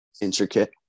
intricate